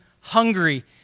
hungry